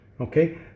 okay